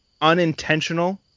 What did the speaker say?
unintentional